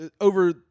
over